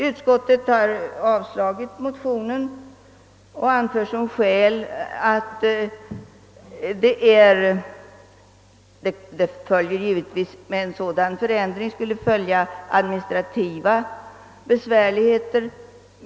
Utskottet har avstyrkt motionen under hänvisning till att en sådan förändring skulle medföra administrativa besvärligheter.